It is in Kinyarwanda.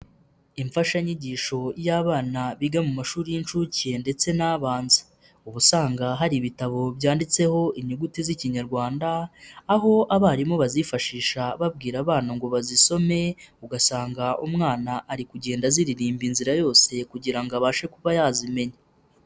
imfashanyigisho y'abana biga mu mashuri y'inshuke ndetse n'abanza. Uba usanga hari ibitabo byanditseho inyuguti z'Ikinyarwanda, aho abarimu bazifashisha babwira abana ngo bazisome, ugasanga umwana ari kugenda aziririmba inzira yose kugira ngo abashe kuba yazimenya.